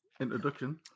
Introduction